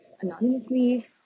anonymously